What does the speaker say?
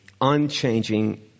unchanging